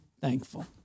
thankful